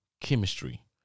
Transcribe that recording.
chemistry